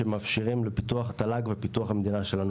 שמאפשרים את פיתוח התל"ג ופיתוח המדינה שלנו,